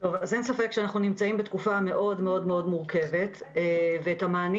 אין ספק שאנחנו נמצאים בתקופה מאוד מאוד מורכבת ואת המענים